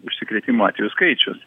užsikrėtimo atvejų skaičius